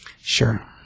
Sure